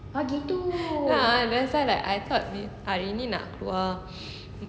a'ah that's why like I thought we hari ini nak keluar